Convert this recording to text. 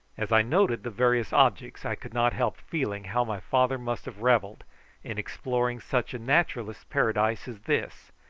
as i noted the various objects i could not help feeling how my father must have revelled in exploring such a naturalist's paradise as this,